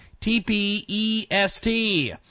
T-P-E-S-T